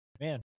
man